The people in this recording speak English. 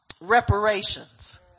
reparations